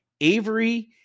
Avery